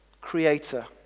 creator